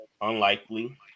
unlikely